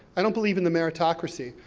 i don't believe in the meritocracy.